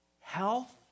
health